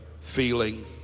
feeling